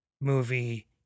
movie